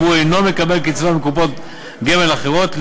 והוא אינו מקבל קצבה מקופות גמל אחרות,